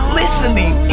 listening